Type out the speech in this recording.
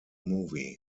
movie